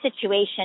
situation